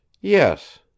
Yes